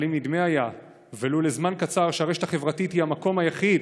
אבל אם נדמה היה ולו לזמן קצר שהרשת החברתית היא המקום היחיד